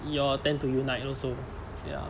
your tend to unite also ya